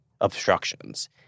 obstructions